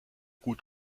gut